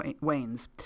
wanes